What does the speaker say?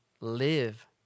live